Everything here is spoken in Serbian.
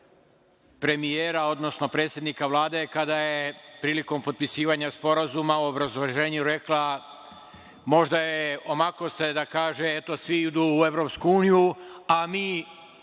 premijera, odnosno predsednika Vlade kada je prilikom potpisivanja sporazuma u obrazloženju rekla, možda se omaklo da kaže - eto svi idu EU, a mi